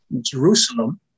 Jerusalem